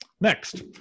Next